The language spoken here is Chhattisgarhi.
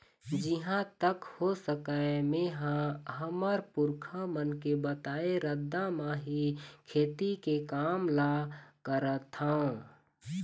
जिहाँ तक हो सकय मेंहा हमर पुरखा मन के बताए रद्दा म ही खेती के काम ल करथँव